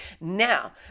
Now